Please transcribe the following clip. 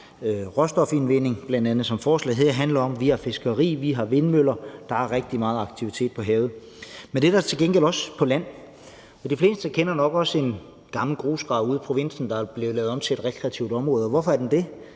råstofindvinding, som bl.a. forslaget her handler om; vi har fiskeri; vi har vindmøller – der er rigtig meget aktivitet på havet. Men det er der til gengæld også på land. De fleste kender nok også en gammel grusgrav ude i provinsen, der er blevet lavet om til et rekreativt område, og hvorfor er den det?